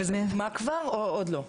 וזה הוטמע כבר או עוד לא?